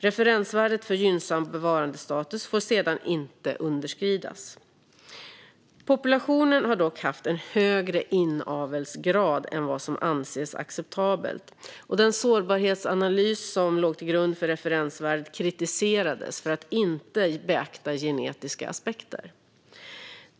Referensvärdet för gynnsam bevarandestatus får sedan inte underskridas. Populationen har dock haft en högre inavelsgrad än vad som anses acceptabelt, och den sårbarhetsanalys som låg till grund för referensvärdet kritiserades för att inte beakta genetiska aspekter.